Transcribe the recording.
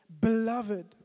Beloved